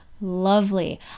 lovely